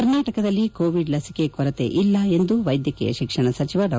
ಕರ್ನಾಟಕದಲ್ಲಿ ಕೋವಿಡ್ ಲಸಿಕೆ ಕೊರತೆ ಇಲ್ಲ ಎಂದು ವೈದ್ಯಕೀಯ ಶಿಕ್ಷಣ ಸಚಿವ ಡಾ